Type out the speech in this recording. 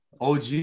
OG